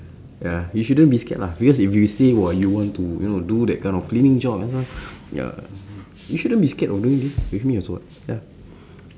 ya you shouldn't be scared lah because if you say !wow! you want to you know do the kind of cleaning job that's why ya you shouldn't scared of doing this with me also what ya